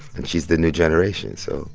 and she's the new generation, so